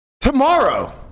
Tomorrow